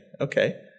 okay